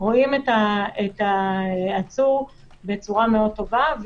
רואים את העצור בצורה מאוד טובה.